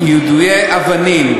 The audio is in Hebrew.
שיידוי אבנים,